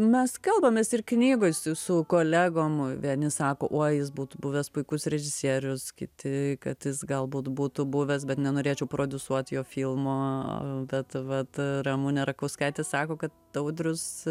mes kalbamės ir knygoj su su kolegom vieni sako uoi jis būtų buvęs puikus režisierius kiti kad jis galbūt būtų buvęs bet nenorėčiau prodiusuot jo filmo bet vat ramunė rakauskaitė sako kad audrius